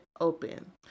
open